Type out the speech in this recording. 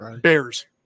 Bears